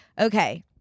Okay